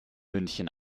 münchen